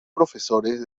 profesores